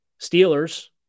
Steelers